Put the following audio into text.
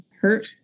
hurt